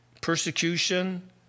persecution